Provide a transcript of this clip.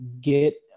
get